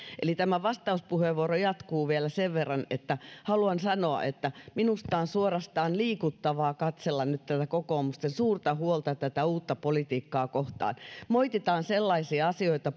tämä vastauspuheenvuoro jatkuu vielä sen verran että haluan sanoa että minusta on suorastaan liikuttavaa katsella nyt tätä kokoomuksen suurta huolta tätä uutta politiikkaa kohtaan moititaan sellaisia asioita